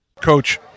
Coach